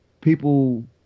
people